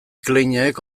kleinek